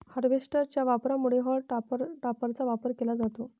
harvester च्या वापरापूर्वी हॉल टॉपरचा वापर केला जातो